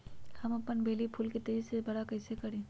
हम अपन बेली फुल के तेज़ी से बरा कईसे करी?